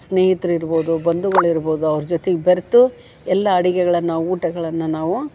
ಸ್ನೇಹಿತ್ರು ಇರ್ಬೋದು ಬಂಧುಗಳು ಇರ್ಬೋದು ಅವ್ರ ಜೊತೆಗ್ ಬೆರೆತು ಎಲ್ಲ ಅಡುಗೆಗಳನ್ನ ಊಟಗಳನ್ನು ನಾವು